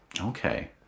Okay